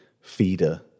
feeder